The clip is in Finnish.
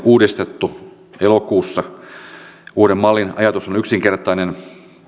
uudistettu elokuussa uuden mallin ajatus asiakaslähtöisyys on yksinkertainen